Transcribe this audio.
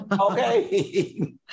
Okay